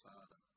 Father